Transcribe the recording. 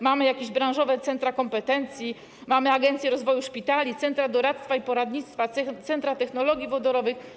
Mamy jakieś branżowe centra kompetencji, mamy Agencję Rozwoju Szpitali, centra doradztwa i poradnictwa, centra technologii wodorowych.